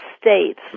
states